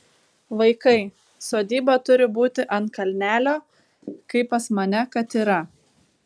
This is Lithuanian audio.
vaikai sodyba turi būti ant kalnelio kaip pas mane kad yra